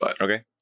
okay